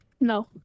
No